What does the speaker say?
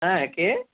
হ্যাঁ কে